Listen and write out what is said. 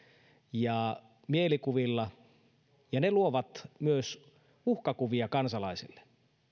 ja mielikuvilla ja ne luovat myös uhkakuvia kansalaisille